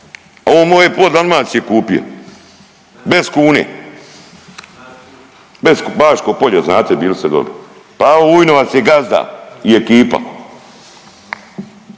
pola moje Dalmacije kupio bez kune, Baško polje znate bili ste doli. Pavo Vujnovac je gazda i ekipa.